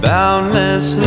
Boundless